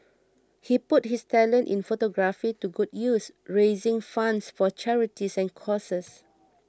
he put his talent in photography to good use raising funds for charities and causes